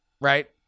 right